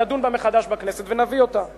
נדון בה מחדש בכנסת ונביא אותה להצבעה.